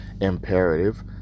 imperative